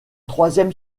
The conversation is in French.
troisième